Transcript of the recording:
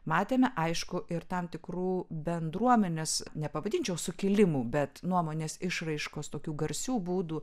matėme aiškų ir tam tikrų bendruomenės nepavadinčiau sukilimų bet nuomonės išraiškos tokių garsių būdų